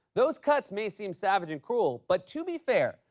those cuts may seem savage and cruel, but to be fair,